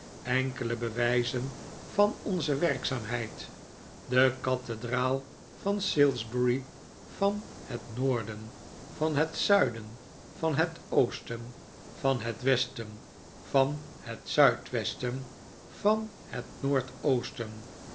enkele bewijzen van onze werkzaamheid de kathedraal van salisbury van het noorden van het zuiden van het oosten van het westen van het zuidwesten van het noordoosten